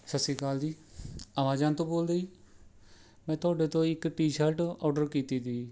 ਸਤਿ ਸ਼੍ਰੀ ਅਕਾਲ ਜੀ ਐਮਾਜ਼ਾਨ ਤੋਂ ਬੋਲਦੇ ਜੀ ਮੈਂ ਤੁਹਾਡੇ ਤੋਂ ਇੱਕ ਟੀ ਸ਼ਰਟ ਔਰਡਰ ਕੀਤੀ ਤੀ ਜੀ